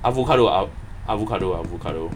avocado avo~ avocado avocado